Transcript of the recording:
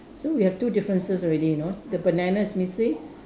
so we have two differences already you know the banana is missing